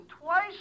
twice